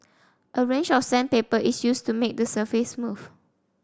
a range of sandpaper is used to make the surface smooth